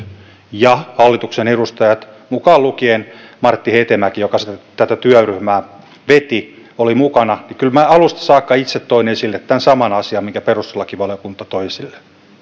ja hallituksen edustajat mukaan lukien martti hetemäki joka tätä työryhmää veti olivat mukana kyllä minä alusta saakka itse toin esille tämän saman asian minkä perustuslakivaliokunta toi esille